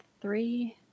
three